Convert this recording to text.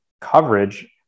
coverage